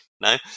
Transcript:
No